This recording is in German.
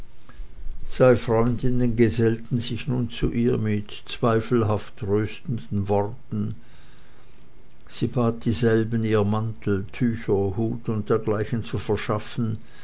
zwei freundinnen gesellten sich nun zu ihr mit zweifelhaft tröstenden worten sie bat dieselben ihr mantel tücher hut und dergleichen zu verschaffen